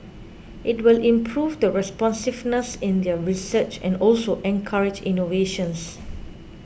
it will improve the responsiveness in their research and also encourage innovations